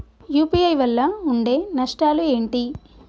UPI వల్ల ఉండే నష్టాలు ఏంటి??